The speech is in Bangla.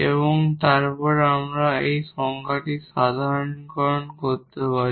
এবং তারপর আমরা এই সংজ্ঞাটি সাধারণীকরণ করতে পারি